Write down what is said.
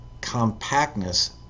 compactness